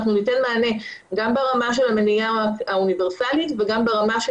אנחנו ניתן מענה גם ברמה של המניעה האוניברסלית וגם ברמה של